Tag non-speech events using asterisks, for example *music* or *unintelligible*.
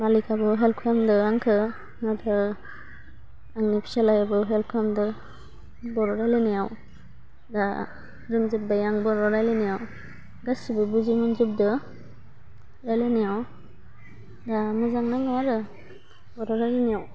मालिकहाबो help खालामदो आंखौ *unintelligible* आंनि फिसालायाबो हेल्प खालामदों बर' रायलायनायाव दा रोंजोब्बाय आं बर' रायलायनायाव गासिबो बुजि मोनजोबो रायलायनायाव दा मोजां नाङो आरो बर' रायलायनायाव